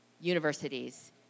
universities